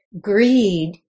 greed